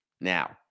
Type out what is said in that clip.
Now